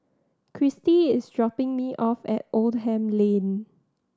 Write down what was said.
kristy is dropping me off at Oldham Lane